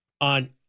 on